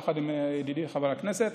יחד עם ידידי חבר הכנסת.